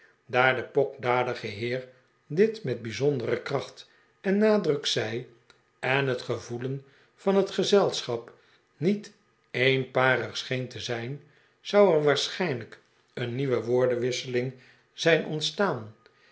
daar de pokdalige heer dit met bijzondere kracht en nadruk zei en het gevoelen van het gezelschap niet eenparig scheen te zijn zou er waarschijnlijk een nieuwe woordenwisseling zijn ontstaan